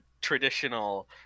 traditional